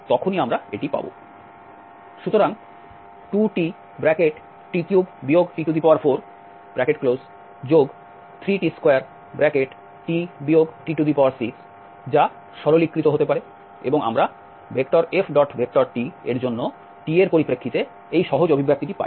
সুতরাং 2tt3 t43t2t t6 যা সরলীকৃত হতে পারে এবং আমরা FT এর জন্য t এর পরিপ্রেক্ষিতে এই সহজ অভিব্যক্তিটি পাই